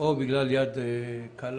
או בגלל יד קלה